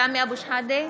(קוראת בשמות חברי הכנסת) סמי אבו שחאדה,